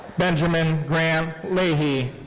benjamin grant lahey.